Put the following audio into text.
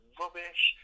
rubbish